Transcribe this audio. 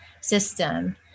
system